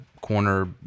corner